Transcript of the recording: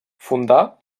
fundà